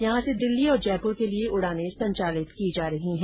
यहां से दिल्ली और जयपुर के लिए उड़ानें संचालित की जा रही है